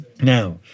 Now